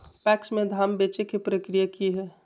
PACS में धाम बेचे के प्रक्रिया की हय?